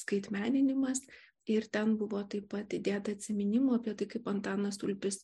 skaitmeninimas ir ten buvo taip pat įdėta atsiminimų apie tai kaip antanas ulpis